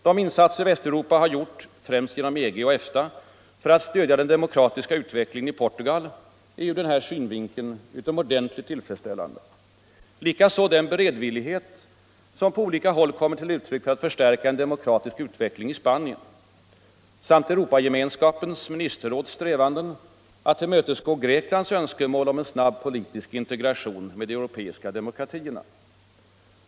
De insatser Västeuropa gjort främst genom EG och EFTA för att stödja den demokratiska utvecklingen i Portugal är ur denna synvinkel utomordentligt tillfredsställande liksom den beredvillighet som på olika håll kommit till uttryck för att stärka en demokratisk utveckling i Spanien samt Europagemenskapens ministerråds strävanden att tillmötesgå Greklands önskemål om en snabb politisk integration med de europeiska demokratierna.